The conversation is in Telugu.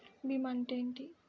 భీమా అంటే ఏమిటి?